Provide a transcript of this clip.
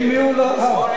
עם מי הוא לא רב?